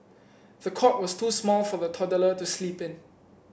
the cot was too small for the toddler to sleep in